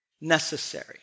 necessary